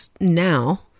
now